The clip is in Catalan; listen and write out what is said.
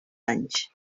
anys